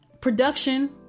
production